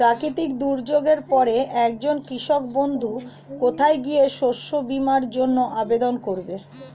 প্রাকৃতিক দুর্যোগের পরে একজন কৃষক বন্ধু কোথায় গিয়ে শস্য বীমার জন্য আবেদন করবে?